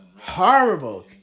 Horrible